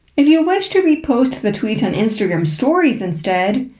if you wish to repost the tweet on instagram stories instead,